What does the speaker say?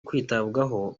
kwitabwaho